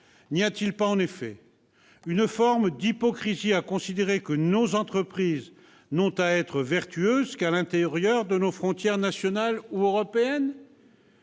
N'y a-t-il pas, en effet, une forme d'hypocrisie à considérer que nos entreprises n'ont à être vertueuses qu'à l'intérieur de nos frontières nationales ou européennes ?